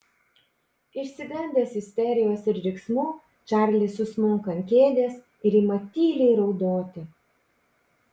išsigandęs isterijos ir riksmų čarlis susmunka ant kėdės ir ima tyliai raudoti